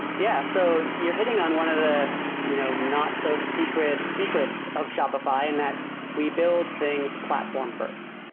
yeah. so you're hitting on one of the you know not so secret secrets of shopify, and that we build things platform-first.